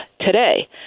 today